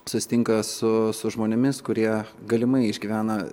susitinka su žmonėmis kurie galimai išgyvena